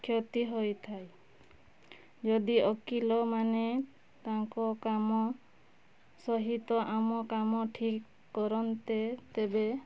କ୍ଷତି ହୋଇଥାଏ ଯଦି ଓକିଲ ମାନେ ତାଙ୍କ କାମ ସହିତ ଆମ କାମ ଠିକ୍ କରନ୍ତେ ତେବେ